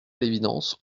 l’évidence